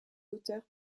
auteurs